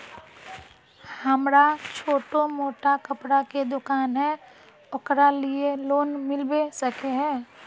हमरा छोटो मोटा कपड़ा के दुकान है ओकरा लिए लोन मिलबे सके है?